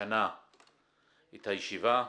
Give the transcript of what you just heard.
השנה את הישיבה.